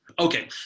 Okay